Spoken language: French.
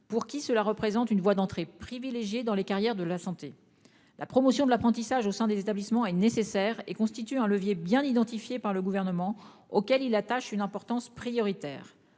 pour qui cela représente une voie d'entrée privilégiée dans les carrières de la santé. La promotion de l'apprentissage au sein des établissements est nécessaire et constitue un levier bien identifiés par le gouvernement auquel il attache une importance prioritaire